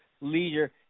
leisure